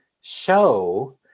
show